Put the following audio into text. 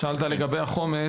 שאלת לגבי החומש.